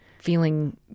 feeling